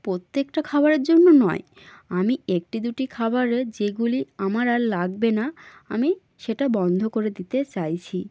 প্রত্যেকটা খাবারের জন্য নয় আমি একটি দুটি খাবারে যেগুলি আমার আর লাগবে না আমি সেটা বন্ধ করে দিতে চাইছি